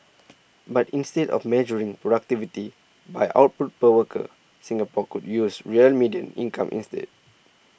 but instead of measuring productivity by output per worker Singapore could use real median income instead